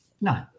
No